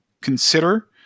consider